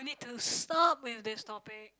you need to stop with this topic